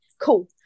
cool